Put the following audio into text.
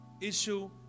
issue